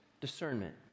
discernment